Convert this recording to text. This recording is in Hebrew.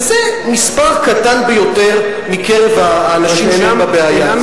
וזה מספר קטן ביותר מקרב האנשים שהם בבעיה הזאת.